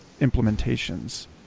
implementations